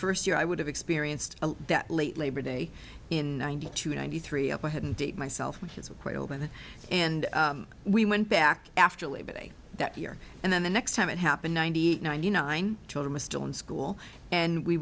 first year i would have experienced that late labor day in ninety two ninety three i hadn't date myself which is quite open and we went back after labor day that year and then the next time it happened ninety eight ninety nine children is still in school and we